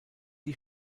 die